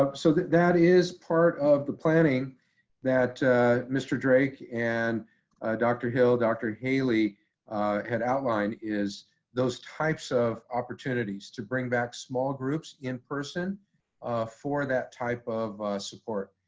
so that that is part of the planning that mr. drake and dr. hill, dr. haley had outlined is those types of opportunities to bring back small groups in person for that type of support.